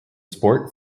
sport